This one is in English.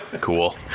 Cool